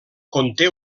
conté